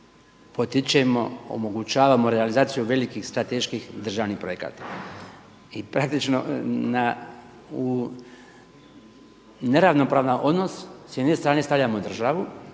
potičemo, omogućavamo realizaciju velikih strateških državnih projekta. I praktično u neravnopravan odnos s jedne strane stavljamo državu